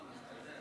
בעד.